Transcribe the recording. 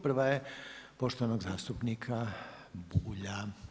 Prva je poštovanog zastupnika Bulja.